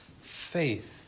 faith